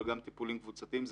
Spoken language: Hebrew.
אבל גם טיפולים קבוצתיים.